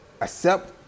Accept